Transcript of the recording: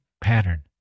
pattern